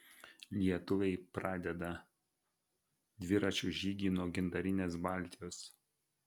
lietuviai pradeda dviračių žygį nuo gintarinės baltijos